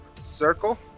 circle